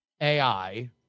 AI